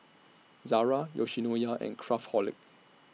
Zara Yoshinoya and Craftholic